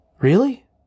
Really